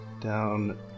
down